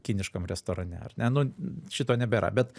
kiniškam restorane ar ne nu šito nebėra bet